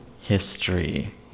history